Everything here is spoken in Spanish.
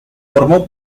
formó